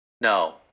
No